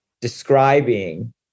describing